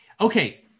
Okay